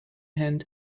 hand